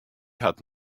hat